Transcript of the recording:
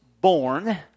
born